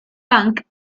punk